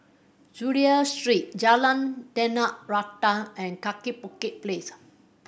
Chulia Street Jalan Tanah Rata and Kaki Bukit Place